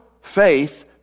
faith